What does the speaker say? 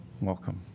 Welcome